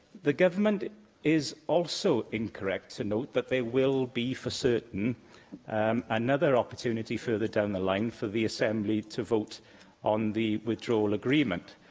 the government is also incorrect to note that there will be for certain um another opportunity further down the line for the assembly to vote on the withdrawal agreement.